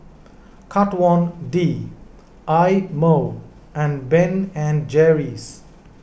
Kat Von D Eye Mo and Ben and Jerry's